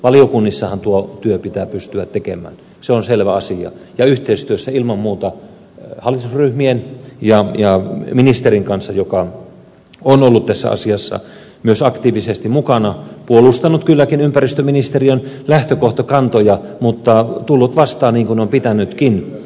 valiokunnissahan tuo työ pitää pystyä tekemään se on selvä asia ja yhteistyössä ilman muuta hallitusryhmien ja ministerin kanssa joka on ollut tässä asiassa aktiivisesti mukana puolustanut kylläkin ympäristöministeriön lähtökohtakantoja mutta tullut vastaan niin kuin on pitänytkin